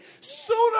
sooner